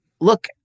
look